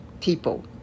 people